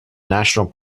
national